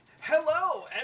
Hello